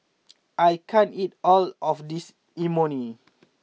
I can't eat all of this Imoni